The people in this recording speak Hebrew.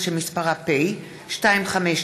סאלח סעד,